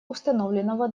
установленного